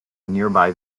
nearby